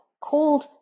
called